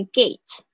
gate